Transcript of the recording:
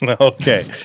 Okay